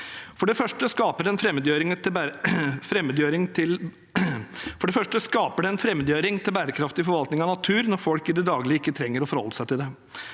For det første skaper det en fremmedgjøring til bærekraftig forvaltning av natur når folk i det daglige ikke trenger å forholde seg til det.